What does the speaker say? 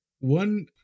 One